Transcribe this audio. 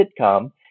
sitcom